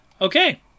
Okay